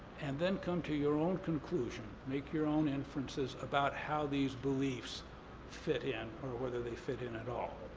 and then come to your own conclusion, make your own inferences about how these beliefs fit in or whether they fit in at all.